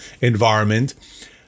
environment